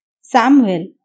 Samuel